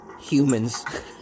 humans